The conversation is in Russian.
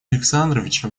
александровича